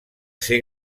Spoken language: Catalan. ser